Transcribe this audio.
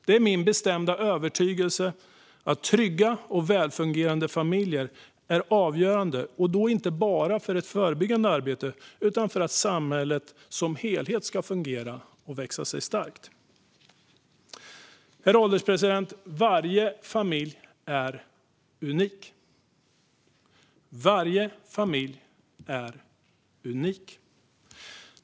Det är min bestämda övertygelse att trygga och välfungerande familjer är avgörande, inte bara för i det förebyggande arbetet utan för att samhället som helhet ska fungera och växa sig starkt. Herr ålderspresident! Varje familj är unik.